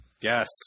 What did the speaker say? Yes